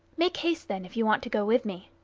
make haste, then, if you want to go with me.